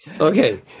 okay